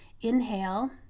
Inhale